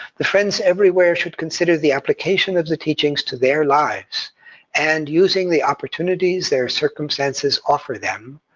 the friends everywhere should consider the application of the teachings to their lives and using the opportunities their circumstances offer them,